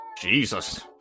Jesus